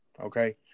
Okay